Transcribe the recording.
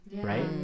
right